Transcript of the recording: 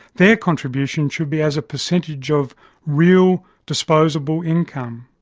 their contribution should be as a percentage of real disposable income.